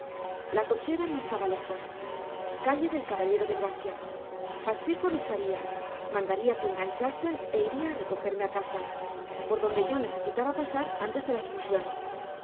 la cochera no estaba lejos calle del caballero de gracia pacheco avisaría mandaría que enganchasen e iría a recogerme a mi casa por donde yo necesitaba pasar antes de la excursión